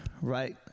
Right